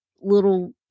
little